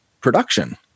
production